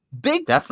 big